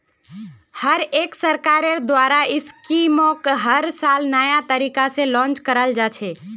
हर एक सरकारेर द्वारा स्कीमक हर साल नये तरीका से लान्च कराल जा छे